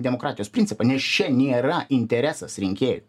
demokratijos principą nes čia nėra interesas rinkėjų